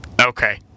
Okay